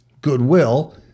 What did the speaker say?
goodwill